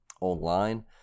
online